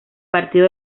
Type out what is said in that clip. partido